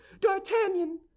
d'artagnan